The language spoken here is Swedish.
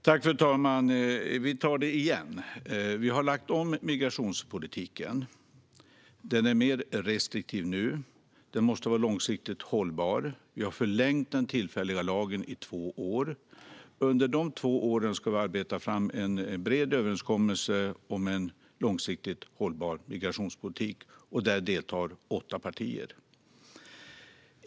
Fru talman! Vi tar det igen. Vi har lagt om migrationspolitiken. Den är mer restriktiv nu. Den måste vara långsiktigt hållbar. Vi har förlängt den tillfälliga lagen i två år. Under de två åren ska vi arbeta fram en bred överenskommelse om en långsiktigt hållbar migrationspolitik. Där deltar åtta partier.